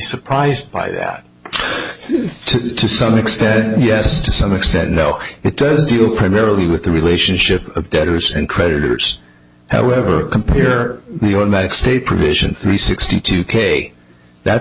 surprised by that to some extent yes to some extent no it does deal primarily with the relationship of debtors and creditors however compare the automatic state provision three sixty two k that